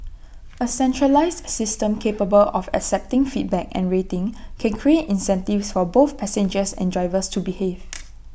A centralised A system capable of accepting feedback and rating can create incentives for both passengers and drivers to behave